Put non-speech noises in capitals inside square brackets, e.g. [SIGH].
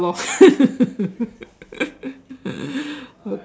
ya lor [LAUGHS]